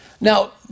Now